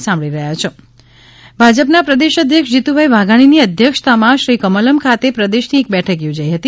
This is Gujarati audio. ભાજપ બેઠક ભાજપના પ્રદેશ અધ્યક્ષ જીતુભાઇ વાઘાણીની અધ્યક્ષતામાં શ્રી કમલમ ખાતે પ્રદેશની એક બેઠક યોજાઇ હતી